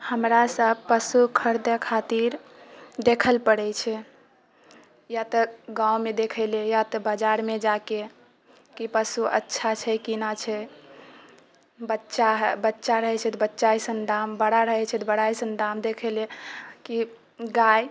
हमरा सब पशु खरीदै खातिर देखल पड़ै छै या तऽ गाँवमे देखै ले या तो बाजारमे जाके कि पशु अच्छा छै कि ना छै बच्चा रहै छै बच्चा ऐसन दाम बड़ा रहै छै बड़ा ऐसन दाम देखै लऽ कि गाय